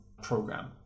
program